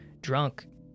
drunk